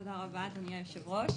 תודה רבה, אדוני היושב-ראש,